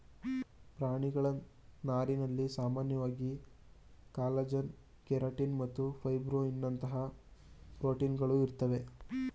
ಪ್ರಾಣಿಗಳ ನಾರಿನಲ್ಲಿ ಸಾಮಾನ್ಯವಾಗಿ ಕಾಲಜನ್ ಕೆರಟಿನ್ ಮತ್ತು ಫೈಬ್ರೋಯಿನ್ನಂತಹ ಪ್ರೋಟೀನ್ಗಳು ಇರ್ತವೆ